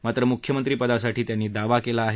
मात्र मुख्यमंत्री पदासाठी त्यांनी दावा केला आहे